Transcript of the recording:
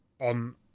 on